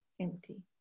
empty